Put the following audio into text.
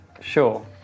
Sure